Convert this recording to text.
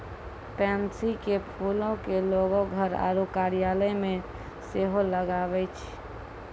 pansy के फूलो के लोगें घर आरु कार्यालय मे सेहो लगाबै छै